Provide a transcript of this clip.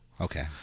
Okay